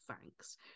thanks